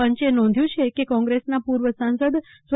પંચે નોંધ્યું છે કે કોંગ્રેસના પૂર્વ સાંસદ સ્વ